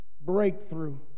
breakthrough